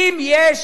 שאם יש